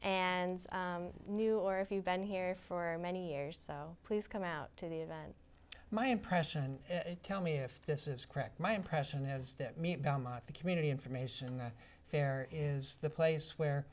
and new or if you've been here for many years so please come out to the event my impression and tell me if this is correct my impression is that the community information fair is the place where